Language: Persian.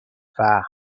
فهم